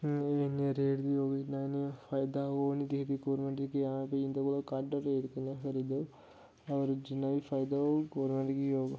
एह् इ'न्ने रेट दी ओह् निं फायदा ओह् निं दिक्खदी गौरमेंट की हा भाई इं'दे कोल घट्ट रेट कन्नै खरीदो होर जि'न्ना बी फायदा होग ओह् गौरमेंट गी होग